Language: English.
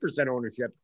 ownership